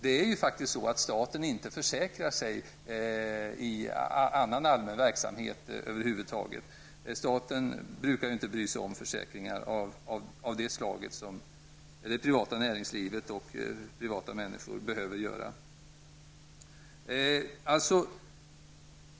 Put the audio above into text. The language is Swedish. Staten försäkrar sig över huvud taget aldrig vid annan verksamhet. Staten brukar inte bry sig om försäkringar av det slag som det privata näringslivet och privatpersoner behöver göra.